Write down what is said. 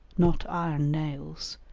not iron nails,